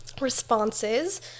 responses